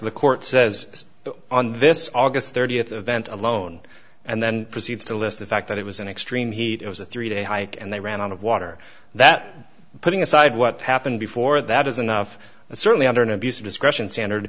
the court says on this aug thirtieth a vent alone and then proceeds to list the fact that it was in extreme heat it was a three day hike and they ran out of water that putting aside what happened before that is enough and certainly under an abuse of discretion standard